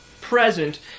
present